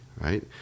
right